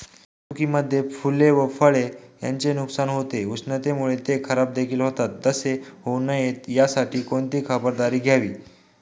वाहतुकीमध्ये फूले व फळे यांचे नुकसान होते, उष्णतेमुळे ते खराबदेखील होतात तसे होऊ नये यासाठी कोणती खबरदारी घ्यावी?